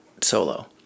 solo